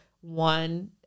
One